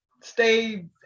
stay